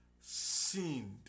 sinned